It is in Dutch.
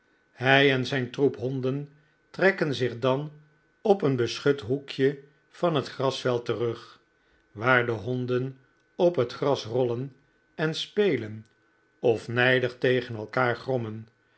hij en zijn troep honden trekken zich dan op een beschut hoekje van het grasveld terug waar de honden op het gras rollen en spelen of nijdig tegen elkaar grommen